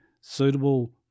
suitable